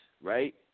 right